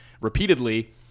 repeatedly